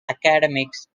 academics